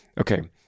Okay